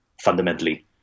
Fundamentally